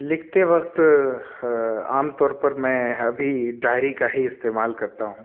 لکھتے وقت عام طور پر میں ابھی ڈائری کا ہی استعمال کرتا ہوں